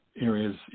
areas